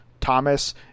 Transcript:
Thomas